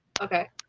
Okay